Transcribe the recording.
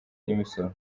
imisoro